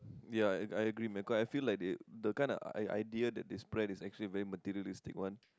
ya and I agree man cause I feel like they the kind of i~ idea that they spread is actually very materialistic one